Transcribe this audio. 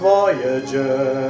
Voyager